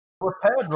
Repair